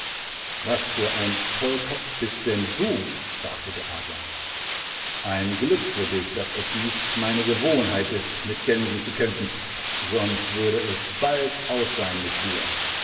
was für ein tollkopf bist denn du fragte der adler ein glück für dich daß es nicht meine gewohnheit ist mit gänsen zu kämpfen sonst würde es baldausseinmitdir der